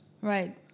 Right